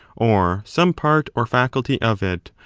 or some part or faculty of it,